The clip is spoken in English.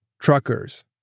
truckers